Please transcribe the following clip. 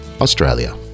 Australia